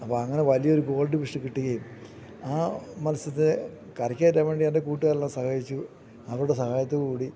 അപ്പോഴങ്ങനെ വലിയൊരു ഗോൾഡ് ഫിഷിനെ കിട്ടുകയും ആ മത്സ്യത്തെ കരയ്ക്കു കയറ്റാൻ വേണ്ടി എൻ്റെ കൂട്ടുകാരെല്ലാം സഹായിച്ചു അവരുടെ സഹായത്തോടു കൂടി